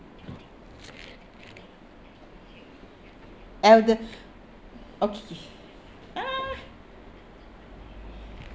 elder okay ah